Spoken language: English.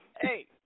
hey